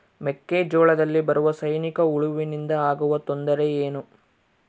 ಮೆಕ್ಕೆಜೋಳದಲ್ಲಿ ಬರುವ ಸೈನಿಕಹುಳುವಿನಿಂದ ಆಗುವ ತೊಂದರೆ ಏನು?